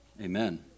Amen